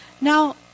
Now